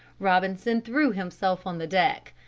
robinson threw himself on the deck.